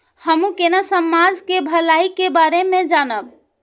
हमू केना समाज के भलाई के बारे में जानब?